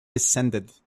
descended